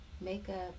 Makeup